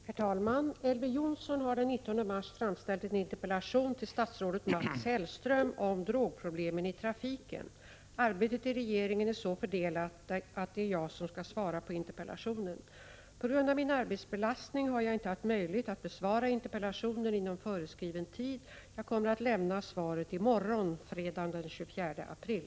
Herr talman! Elver Jonsson har den 19 mars framställt en interpellation till statsrådet Mats Hellström om drogproblemen i trafiken. Arbetet i regeringen är så fördelat att det är jag som skall svara på interpellationen. På grund av min arbetsbelastning har jag inte haft möjlighet att besvara interpellationen inom föreskriven tid. Jag kommer att lämna svaret i morgon, fredagen den 24 april.